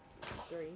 Three